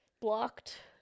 blocked